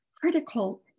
critical